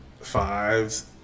fives